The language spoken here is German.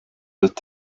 wird